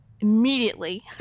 immediately